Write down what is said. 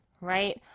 Right